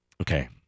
Okay